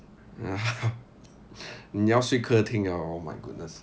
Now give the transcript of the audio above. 你要睡客厅了 oh my goodness